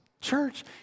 Church